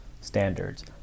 standards